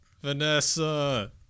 Vanessa